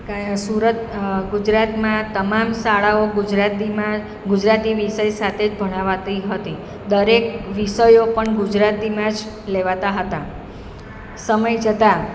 કે અહીંયા સુરત ગુજરાતમાં તમામ શાળાઓ ગુજરાતીમાં ગુજરાતી વિષય સાથે જ ભણાવાતી હતી દરેક વિષયો પણ ગુજરાતીમાં જ લેવાતા હતા સમય જતાં